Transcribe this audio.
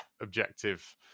objective